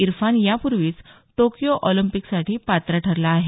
इरफान यापुर्वीच टोकयो ऑलिंपीकसाठी पात्र ठरला आहे